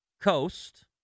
Coast